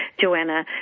Joanna